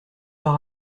leur